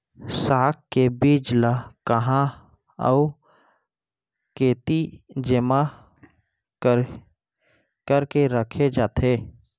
साग के बीज ला कहाँ अऊ केती जेमा करके रखे जाथे?